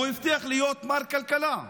הוא הבטיח להיות מר כלכלה,